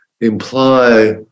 imply